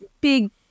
big